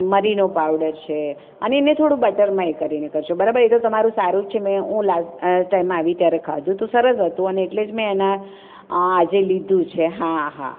મરીનો powder છે અને એને થોડું બટરમાં એ કરીને કરજો બરાબર એ તો તમારું સારું છે મેં હું લાસ્ટ ટાઈમમાં આવી ત્યારે ખાધું હતું સરસ હતું અને એટલે જ મેં એના આજે લીધું છે આ હા